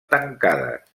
tancades